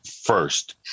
first